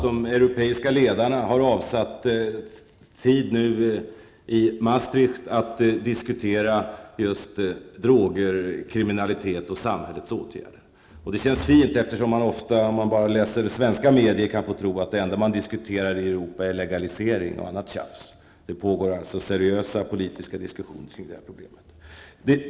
De europeiska ledarna har nu t.o.m. avsatt tid att i Maastricht diskutera droger, kriminalitet och vilka åtgärder samhället kan vidta. Det här känns fint. I svenska medier kan man ju tro att det enda som diskuteras i Europa är legalisering osv. Det pågår alltså seriösa politiska diskussioner kring problemet.